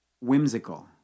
whimsical